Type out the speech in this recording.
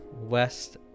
West